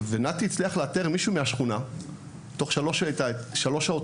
ותוך שלוש שעות נתי הצליח לאתר בחורה מהשכונה שלה ולעשות את החיבור,